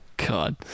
God